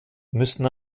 müssen